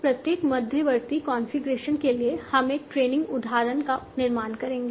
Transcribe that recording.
अब प्रत्येक मध्यवर्ती कॉन्फ़िगरेशन के लिए हम एक ट्रेनिंग उदाहरण का निर्माण करेंगे